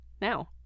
now